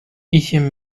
一些